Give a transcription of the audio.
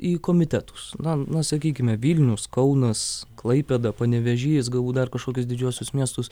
į komitetus na na sakykime vilnius kaunas klaipėda panevėžys dar kažkokius didžiuosius miestus